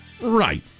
Right